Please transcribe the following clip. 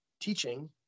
teaching